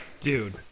Dude